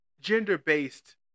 gender-based